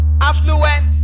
affluent